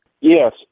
Yes